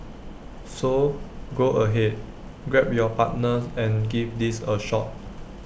so go ahead grab your partner and give these A shot